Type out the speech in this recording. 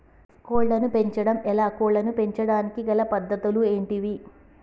కోళ్లను పెంచడం ఎలా, కోళ్లను పెంచడానికి గల పద్ధతులు ఏంటివి?